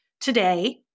today